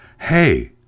Hey